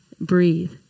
breathe